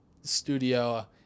studio